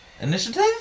Initiative